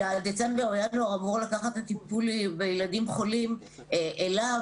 בדצמבר-ינואר המשרד אמור לקחת את הטיפול בילדים חולים אליו.